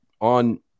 on